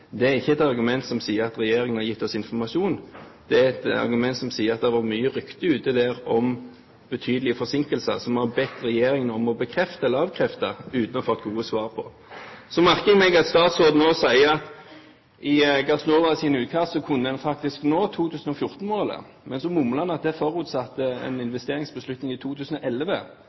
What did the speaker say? det er ikke et argument som sier at regjeringen har gitt oss informasjon. Det er et argument som sier at det har vært mange rykter ute om betydelige forsinkelser, som vi har bedt regjeringen om å bekrefte eller avkrefte, uten at vi har fått gode svar på det. Så merker jeg meg at statsråden nå sier at man ifølge Gassnovas utkast faktisk kunne nå 2014-målet, men så mumler han at det forutsetter en investeringsbeslutning i 2011,